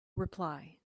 reply